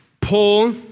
Paul